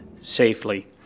safely